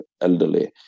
elderly